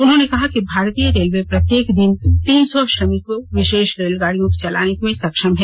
उन्होंने कहा कि भारतीय रेलवे प्रत्येक दिन तीन सौ श्रमिक विशेष रेलगाड़ियां चलाने में सक्षम है